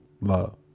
Love